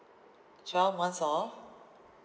twelve months of